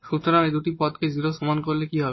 সুতরাং এই দুটি পদকে 0 এর সমান করে এখন কি হবে